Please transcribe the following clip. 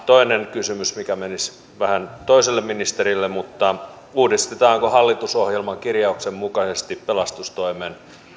toinen kysymys mikä menisi vähän toiselle ministerille uudistetaanko hallitusohjelman kirjauksen mukaisesti pelastustoimen